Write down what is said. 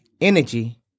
energy